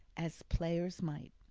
as players might.